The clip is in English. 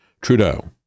Trudeau